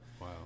Wow